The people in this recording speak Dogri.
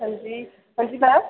हां जी हां जी मैम